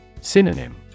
Synonym